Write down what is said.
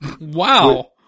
Wow